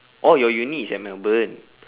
oh your uni is at melbourne